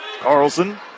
Carlson